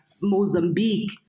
Mozambique